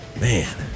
Man